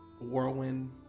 whirlwind